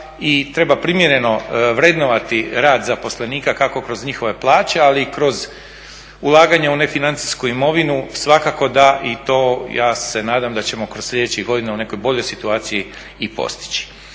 treba primjereno vrednovati rad zaposlenika, kako kroz njihove plaće, ali i kroz ulaganja u nefinancijsku imovinu, svakako da i to, ja se nadam da ćemo kroz sljedećih godina u nekoj boljoj situaciji i postići.